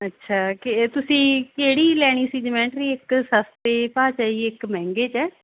ਅੱਛਾ ਕਿ ਇਹ ਤੁਸੀਂ ਕਿਹੜੀ ਲੈਣੀ ਸੀ ਜਮੈਂਟਰੀ ਇੱਕ ਸਸਤੇ ਭਾਅ 'ਚ ਹੈ ਜੀ ਇੱਕ ਮਹਿੰਗੇ 'ਚ ਹੈ